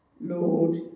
Lord